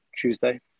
Tuesday